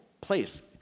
place